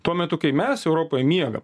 tuo metu kai mes europoj miegam